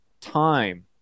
time